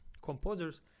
composers